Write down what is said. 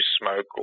smoke